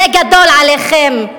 זה גדול עליכם.